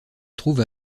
trouve